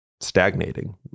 stagnating